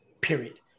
period